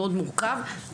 מורכב מאוד,